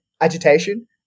agitation